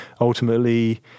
ultimately